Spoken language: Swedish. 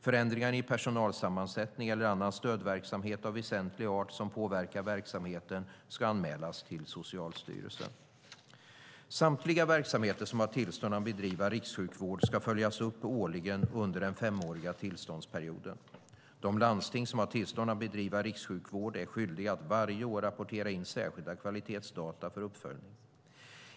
Förändringar i personalsammansättning eller annan stödverksamhet av väsentlig art som påverkar verksamheten ska anmälas till Socialstyrelsen. Samtliga verksamheter som har tillstånd att bedriva rikssjukvård ska följas upp årligen under den femåriga tillståndsperioden. De landsting som har tillstånd att bedriva rikssjukvård är skyldiga att varje år rapportera in särskilda kvalitetsdata för uppföljning.